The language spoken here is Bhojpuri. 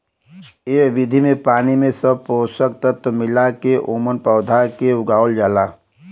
एह विधि में पानी में सब पोषक तत्व मिला के ओमन पौधा के उगावल जाला